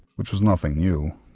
which was nothing new,